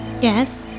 Yes